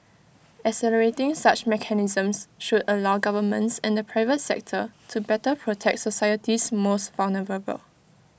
accelerating such mechanisms should allow governments and private sector to better protect society's most vulnerable